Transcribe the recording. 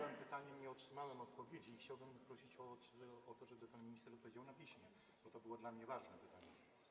Zadałem pytanie, nie otrzymałem odpowiedzi i chciałbym prosić o to, żeby pan minister odpowiedział na piśmie, bo to było dla mnie ważne pytanie.